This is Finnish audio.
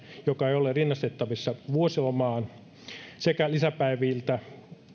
joka ei ole rinnastettavissa vuosilomaan sekä lisäpäiviltä